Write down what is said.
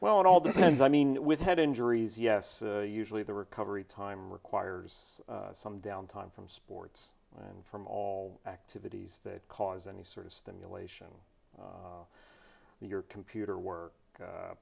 well it all depends i mean with head injuries yes usually the recovery time requires some downtime from sports and from all activities that cause any sort of stimulation that your computer w